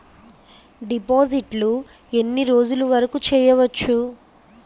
డిపాజిట్లు ఎన్ని రోజులు వరుకు చెయ్యవచ్చు?